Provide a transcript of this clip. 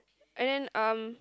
and then um